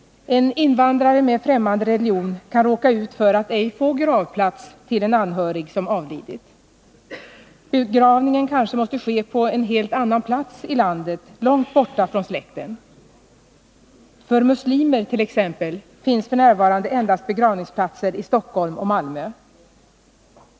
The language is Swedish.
En invandrare med främmande religion kan råka ut för att ej få gravplats till en anhörig som avlidit. Begravningen måste kanske ske på en helt annan | plats i landet, långt borta från släkten. För muslimer t.ex. finns f.n. begravningsplatser endast i Stockholm och Malmö.